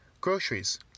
Groceries